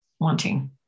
wanting